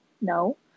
No